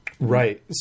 Right